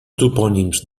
topònims